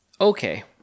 Okay